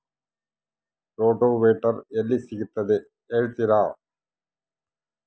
Rotavator ಎಲ್ಲಿ ಸಿಗುತ್ತದೆ ಹೇಳ್ತೇರಾ?